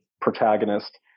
protagonist